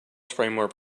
framework